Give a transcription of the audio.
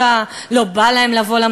לא בא להם לבוא לעבודה?